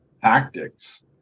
tactics